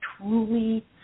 Truly